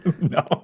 No